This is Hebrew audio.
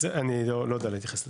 לא יודע להתייחס לזה.